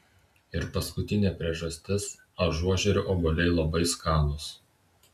ir paskutinė priežastis ažuožerių obuoliai labai skanūs